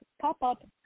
Pop-up